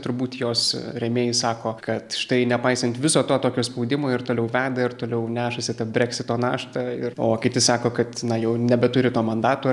turbūt jos rėmėjai sako kad štai nepaisant viso to tokio spaudimo ir toliau veda ir toliau nešasi tą breksito naštą ir o kiti sako kad na jau nebeturi to mandato